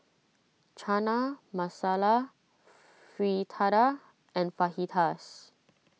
Chana Masala Fritada and Fajitas